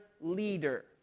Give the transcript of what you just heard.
leader